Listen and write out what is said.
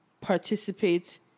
participate